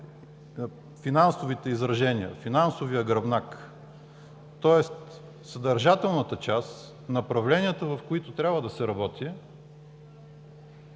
финансовите изражения, финансовия гръбнак, тоест съдържателната част, направленията, в които трябва да се работи,